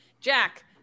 Jack